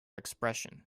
expression